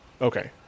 Okay